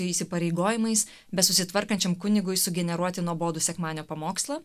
įsipareigojimais besusitvarkančiam kunigui sugeneruoti nuobodų sekmadienio pamokslą